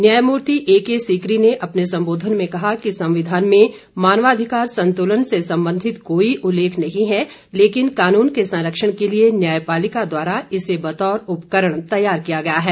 न्यायमूर्ति एके सीकरी ने अपने सम्बोधन में कहा कि संविधान में मानवाधिकार संतुलन से संबंधित कोई उल्लेख नही है लेकिन कानून के संरक्षण के लिए न्यायपालिका द्वारा इसे बतौर उपकरण तैयार किया गया है